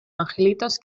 angelitos